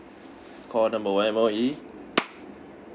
call number one M_O_E